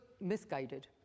misguided